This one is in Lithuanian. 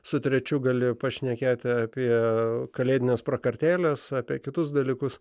su trečiu galėjo pašnekėti apie kalėdines prakartėles apie kitus dalykus